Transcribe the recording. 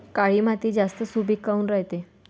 काळी माती जास्त सुपीक काऊन रायते?